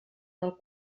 del